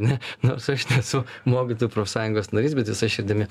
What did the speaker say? ne nors aš nesu mokytojų profsąjungos narys bet visa širdimi